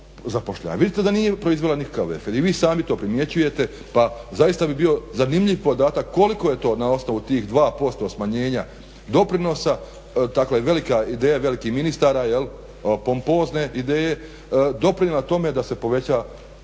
Vidite da nije proizvela nikakav efekt i vi sami to primjećujete. Pa zaista bi bio zanimljiv podatak koliko je to na osnovu tih 2% smanjenja doprinosa dakle velika ideja velikih ministara pompozne ideje doprinijela tome da se poveća